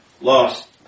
lost